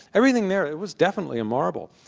everything there, it was definitely a marble.